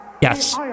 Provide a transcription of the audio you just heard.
Yes